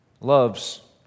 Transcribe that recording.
Love's